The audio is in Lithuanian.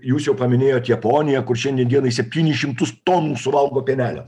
jūs jau paminėjot japoniją kur šiandien dienai septynis šimtus tonų suvalgo pienelio